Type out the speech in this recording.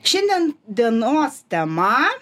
šiandien dienos tema